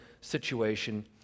situation